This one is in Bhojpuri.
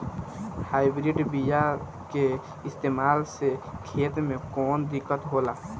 हाइब्रिड बीया के इस्तेमाल से खेत में कौन दिकत होलाऽ?